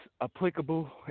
applicable